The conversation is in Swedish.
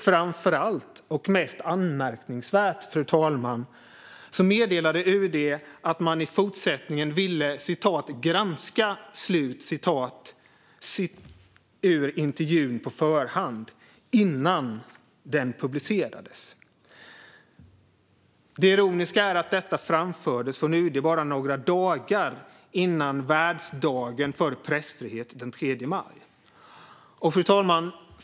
Framför allt och mest anmärkningsvärt, fru talman, meddelade UD att man i fortsättningen ville "granska" intervjun på förhand innan den publicerades. Det ironiska är att detta framfördes från UD bara några dagar innan världsdagen för pressfrihet den 3 maj. Fru talman!